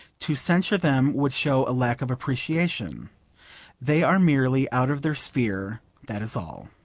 to censure them would show a lack of appreciation they are merely out of their sphere that is all.